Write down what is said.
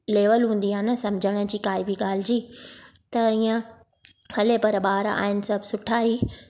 level हूंदी आहे न सम्झण जी काई बि ॻाल्हि जी त हीअं हले पर ॿार आहिनि सभु सुठा ई